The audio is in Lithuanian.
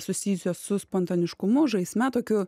susijusios su spontaniškumu žaisme tokiu